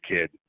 kid